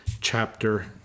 chapter